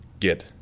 Get